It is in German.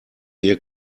ihr